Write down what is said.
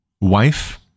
wife